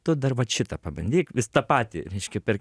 tu dar vat šitą pabandyk vis tą patį reiškia per